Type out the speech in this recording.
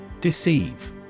Deceive